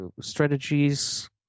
strategies